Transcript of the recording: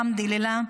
אלחמדולילה,